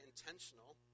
intentional